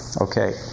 Okay